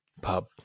pub